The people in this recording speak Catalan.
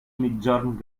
migjorn